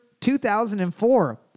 2004